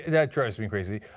that drives me crazy.